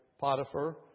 Potiphar